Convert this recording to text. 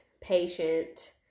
Patient